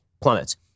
plummets